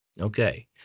Okay